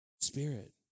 spirit